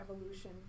evolution